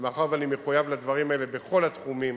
ומכיוון שאני מחויב לדברים האלה בכל התחומים